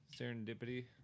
serendipity